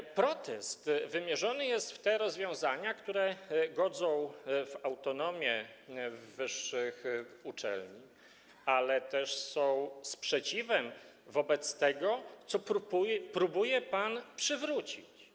I protest wymierzony jest w te rozwiązania, które godzą w autonomię wyższych uczelni, ale też jest to sprzeciw wobec tego, co próbuje pan przywrócić.